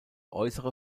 äußere